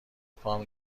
پام